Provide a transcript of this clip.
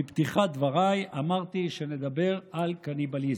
בפתיחת דבריי אמרתי שנדבר על קניבליזם,